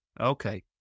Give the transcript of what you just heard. Okay